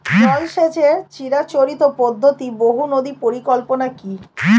জল সেচের চিরাচরিত পদ্ধতি বহু নদী পরিকল্পনা কি?